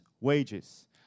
wages